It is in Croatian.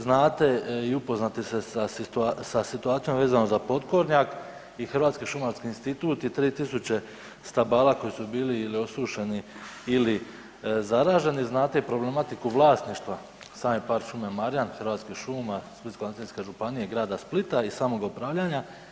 Znate i upoznati ste sa situacijom vezano za potkornjak i Hrvatski šumarski institut i 3.000 stabala koji su bili ili osušeni ili zaraženi, znate i problematiku vlasništva same park šume Marijan, Hrvatskih šuma, Splitsko-dalmatinske županije i grada Splita i samoga upravljanja.